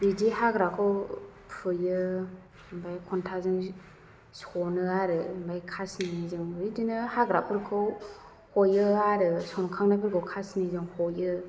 बिदि हाग्राखौ फुयो ओमफ्राय खन्थाजों सनो आरो ओमफ्राय खासिनिजों बिदिनो हाग्राफोरखौ हयो आरो सनखांनायफोरखौ खासिनिजों हयो